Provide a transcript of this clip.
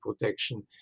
protection